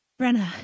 Brenna